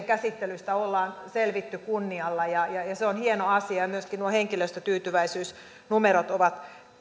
käsittelystä ollaan selvitty kunnialla ja se on hieno asia myöskin nuo henkilöstötyytyväisyysnumerot ovat